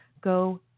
go